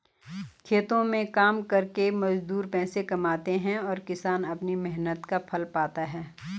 खेतों में काम करके मजदूर पैसे कमाते हैं और किसान अपनी मेहनत का फल पाता है